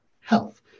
health